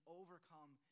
overcome